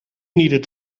needed